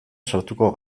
sartuko